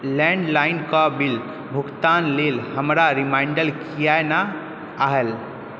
लैण्डलाइनके bill भुगतानक लेल हमरा रिमाइण्डर किएक नहि आयल